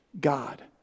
God